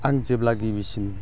आं जेब्ला गिबिसिन